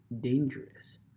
dangerous